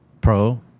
pro